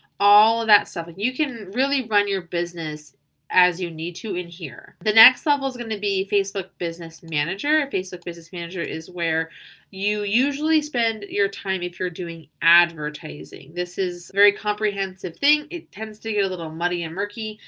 all that stuff and you can really run your business as you need to in here. the next level is going to be facebook business manager. facebook business manager is where you usually spend your time if you're doing advertising. this is very comprehensive thing, it tends to get a little muddy and murky.